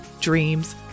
dreams